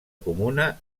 comuna